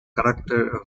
character